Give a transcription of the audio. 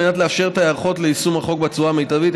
על מנת לאפשר את ההיערכות ליישום החוק בצורה המיטבית,